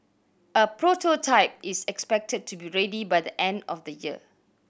a prototype is expected to be ready by the end of the year